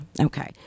Okay